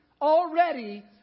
Already